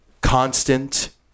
constant